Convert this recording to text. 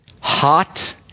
Hot